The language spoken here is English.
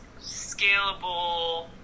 scalable